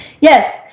yes